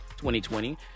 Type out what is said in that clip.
2020